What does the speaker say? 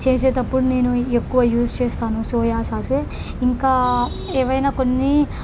చేసేటప్పుడు నేను ఎక్కువ యూజ్ చేస్తాను సోయా సాసే ఇంకా ఏవైనా కొన్ని